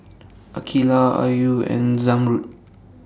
Aqeelah Ayu and Zamrud